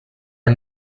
are